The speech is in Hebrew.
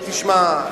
תראה,